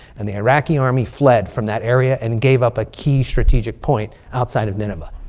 and the iraqi army fled from that area and gave up a key strategic point outside of nineveh.